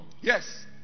Yes